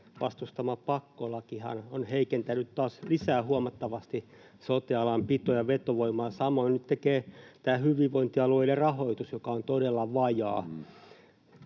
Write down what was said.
vastustama pakkolakihan on heikentänyt taas huomattavasti lisää sote-alan pito- ja vetovoimaa. Samoin nyt tekee tämä hyvinvointialueiden rahoitus, joka on todella vajaa.